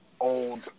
old